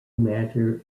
matter